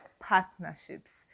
partnerships